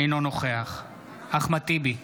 אינו נוכח אחמד טיבי,